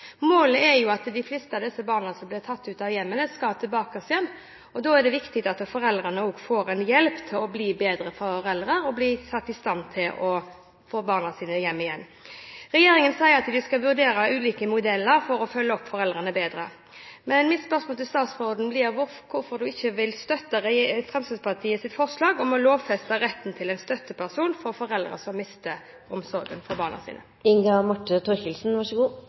Målet er jo at de fleste av disse barna som blir tatt ut av hjemmene, skal tilbake igjen. Da er det viktig at foreldrene får hjelp til å bli bedre foreldre, og at de blir satt i stand til å kunne få barna sine hjem igjen. Regjeringen sier at den skal vurdere ulike modeller for å følge opp foreldrene bedre. Mitt spørsmål til statsråden blir: Hvorfor vil ikke statsråden støtte Fremskrittspartiets forslag om å lovfeste retten til en støtteperson for foreldre som mister omsorgen for barna